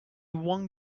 one